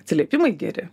atsiliepimai geri